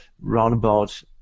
roundabout